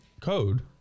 code